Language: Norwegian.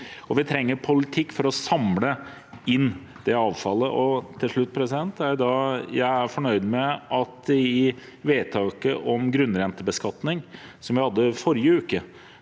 vi trenger en politikk for å samle inn dette avfallet. Til slutt: Jeg er fornøyd med at det i vedtaket om grunnrentebeskatning, som vi hadde i forrige uke,